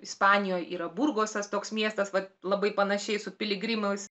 ispanijoj yra burgosas toks miestas vat labai panašiai su piligrimais